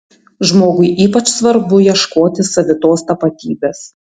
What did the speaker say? žmogui ypač svarbu ieškoti savitos tapatybės